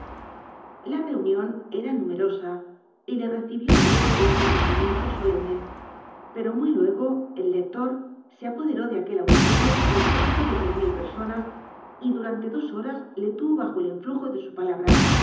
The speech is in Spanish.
la reunlon era numerosa y le recibió en medio de un recogimiento solemne lero muy luego el lector se apoderó de aquel auditorio compues to do tres mil personas y durante dos horas le tuvo bajo el influjo do su palabra